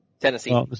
Tennessee